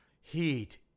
heat